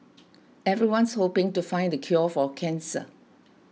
everyone's hoping to find the cure for cancer